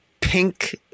pink